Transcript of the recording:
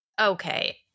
Okay